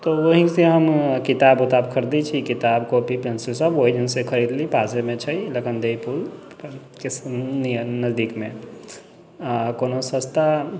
तऽ वहींसँ हम किताब उताब खरीदै छी किताब कॉपी पेन्सिल सब ओहिठामसँ खरीदले पासेमे छै लखनदेइ पुलके नीअर नजदीकमे कोनो सस्ता